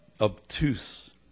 obtuse